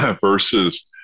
versus